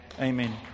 Amen